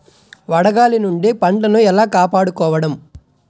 వడగాలి నుండి పంటను ఏలా కాపాడుకోవడం?